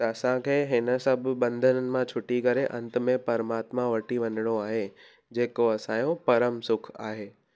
त असांखे हिन सभु ॿंधननि मां छुटी करे अंत में परमात्मा वटि ई वञिणो आहे जेको असांजो परम सुखु आहे